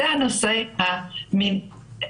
זה נושא בינלאומי